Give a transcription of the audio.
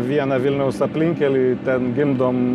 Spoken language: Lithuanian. vieną vilniaus aplinkkelį ten gimdom